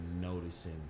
noticing